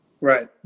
Right